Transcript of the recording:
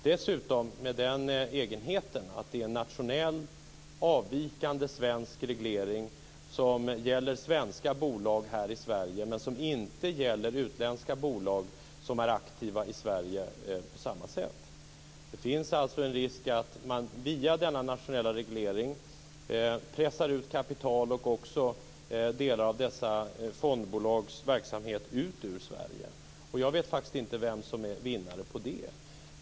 Dessutom har regleringen den egenheten att det är en nationell avvikande svensk reglering som gäller svenska bolag här i Sverige, men som inte gäller utländska bolag som är aktiva i Sverige på samma sätt. Det finns alltså en risk att man via denna nationella reglering pressar kapital och också delar av dessa fondbolags verksamhet ut ur Sverige. Jag vet faktiskt inte vem som är vinnare på det.